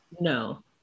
No